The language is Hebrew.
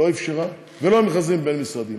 לא אפשרה, ולא למכרזים בין-משרדיים.